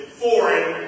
foreign